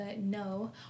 no